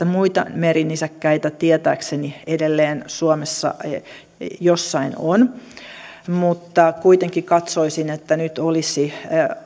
muita merinisäkkäitä tietääkseni edelleen suomessa jossain on mutta kuitenkin katsoisin että nyt olisi